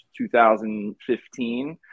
2015